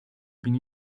been